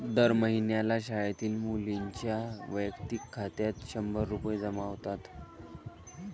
दर महिन्याला शाळेतील मुलींच्या वैयक्तिक खात्यात शंभर रुपये जमा होतात